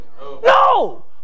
no